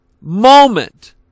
moment